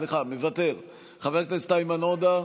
סליחה, מוותר, חבר הכנסת איימן עודה,